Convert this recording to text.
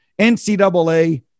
NCAA